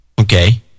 Okay